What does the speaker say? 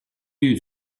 you